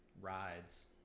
rides